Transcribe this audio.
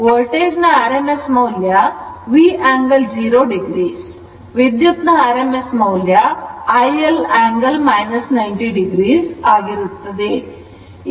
voltage ನ rms ಮೌಲ್ಯ V angle 0 o ವಿದ್ಯುತ್ ನ rms ಮೌಲ್ಯ I iL angle 90 o ಆಗಿರುತ್ತದೆ